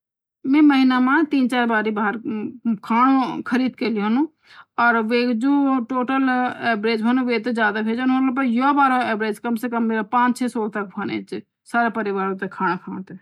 में महिना माँ तीन चार बार ही खानु खरीद के ल्योन्डु और वेकु जो टोटल बिल होन्दु होलु वो तोह ज्यादा होन्दु होलु पर यो बरी एवरेज कम से कम पांच छे सो सारा परिवार ते खानु होन्दु होलु